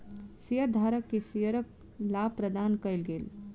शेयरधारक के शेयरक लाभ प्रदान कयल गेल